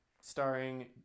starring